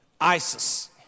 ISIS